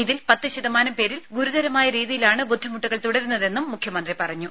ഇതിൽ പത്ത് ശതമാനം പേരിൽ ഗുരുതരമായ രീതിയിലാണ് ബുദ്ധിമുട്ടുകൾ തുടരുന്നതെന്നും മുഖ്യമന്ത്രി പറഞ്ഞു